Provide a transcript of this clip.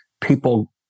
people